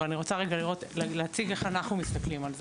אבל אני רוצה רגע להציג איך אנחנו מסתכלים על זה.